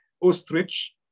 ostrich